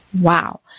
Wow